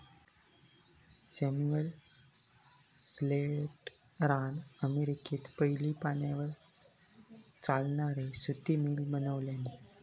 Samuel स्लेटरान अमेरिकेत पयली पाण्यार चालणारी सुती मिल बनवल्यानी